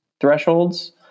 thresholds